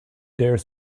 dare